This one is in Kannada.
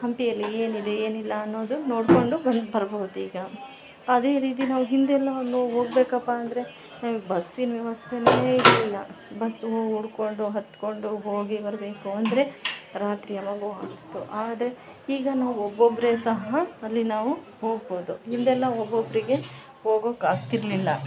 ಹಂಪಿಯಲ್ಲಿ ಏನಿದೆ ಏನಿಲ್ಲ ಅನ್ನೋದು ನೋಡ್ಕೊಂಡು ಬಂದು ಬರ್ಬೋದೀಗ ಅದೆ ರೀತಿ ನಾವು ಹಿಂದೆಲ್ಲ ಅಲ್ಲಿ ಹೋಗ್ಬೇಕಪ್ಪ ಅಂದರೆ ಬಸ್ಸಿನ ವ್ಯವಸ್ಥೆ ಇರಲಿಲ್ಲ ಬಸ್ಸು ಹುಡ್ಕೊಂಡು ಹತ್ಕೊಂಡು ಹೋಗಿ ಬರಬೇಕು ಅಂದರೆ ರಾತ್ರಿ ಯಾವಾಗೋ ಆಗ್ತಿತ್ತು ಆದರೆ ಈಗ ನಾವು ಒಬ್ಬೊಬ್ಬರೆ ಸಹ ಅಲ್ಲಿ ನಾವು ಹೋಗ್ಬೋದು ಹಿಂದೆಲ್ಲ ಒಬ್ಬೊಬ್ಬರಿಗೆ ಹೋಗೋಕೆ ಆಗ್ತಿರಲಿಲ್ಲ